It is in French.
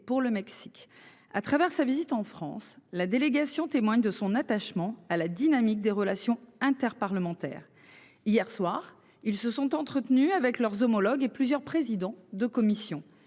pour le Mexique à travers sa visite en France, la délégation témoigne de son attachement à la dynamique des relations inter-parlementaire. Hier soir, ils se sont entretenus avec leurs homologues et plusieurs présidents de commission.